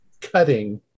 cutting